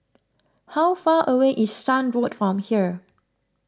how far away is Shan Road from here